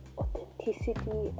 authenticity